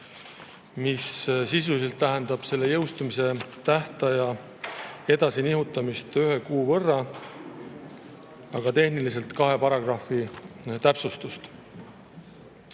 mis sisuliselt tähendab selle jõustumise tähtaja edasinihutamist ühe kuu võrra, aga tehniliselt kahe paragrahvi täpsustust.